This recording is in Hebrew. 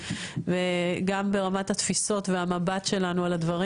וגם ברמת התפיסות והמבט שלנו על הדברים.